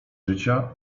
życia